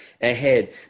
ahead